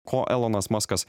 ko elonas muskas